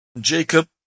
Jacob